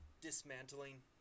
dismantling